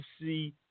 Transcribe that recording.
see